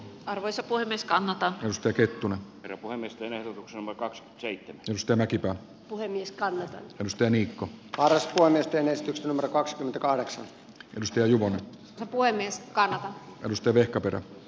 arvoisa puhemies kannattaa sitä kettunen voimistelee maukas keitto syystä mäkipää puhemiestä edustaja nico klaus von yhtenäisyys numero kaksikymmentäkahdeksan rs ja juvan puuaines kaanaan kylistä vehkaperä